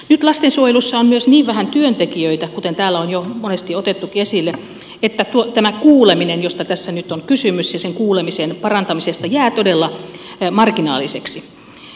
nyt lastensuojelussa on myös niin vähän työntekijöitä kuten täällä on jo monesti otettukin esille että tämä kuuleminen josta tässä nyt on kysymys ja sen kuulemisen parantaminen jää todella marginaaliseksi